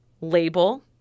label